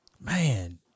Man